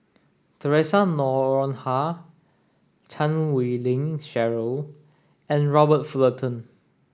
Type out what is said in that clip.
Theresa Noronha Chan Wei Ling Cheryl and Robert Fullerton